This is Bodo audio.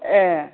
ए